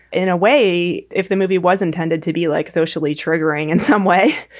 in a way, if the movie was intended to be like socially triggering in some way,